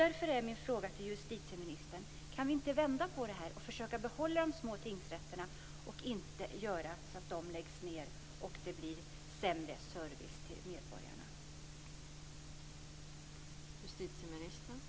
Därför är min fråga till justitieministern: Kan vi inte vända på det här och försöka behålla de små tingsrätterna, och inte göra så att de läggs ned och det blir sämre service till medborgarna?